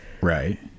Right